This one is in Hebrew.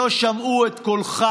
שלא שמעו את קולך